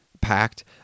packed